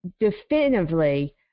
definitively